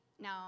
now